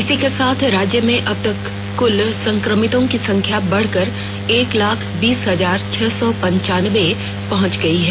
इसी के साथ राज्य में अब तक मिले कुल संक्रमितों की संख्या बढ़कर एक लाख बीस हजार छह सौ पन्चानबे पहुंच गई है